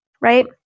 right